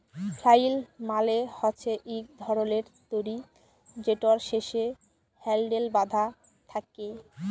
flail মালে হছে ইক ধরলের দড়ি যেটর শেষে হ্যালডেল বাঁধা থ্যাকে